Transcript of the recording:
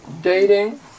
dating